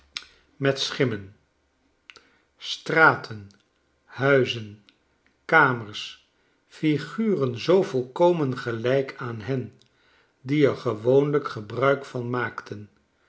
met schimmen straten huizen kamers flguren zoo volkomen gelijk aan hen die er gewoonlijk gebruik van maakten